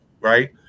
right